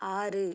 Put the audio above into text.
ஆறு